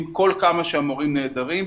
עם כל כמה שהמורים נהדרים.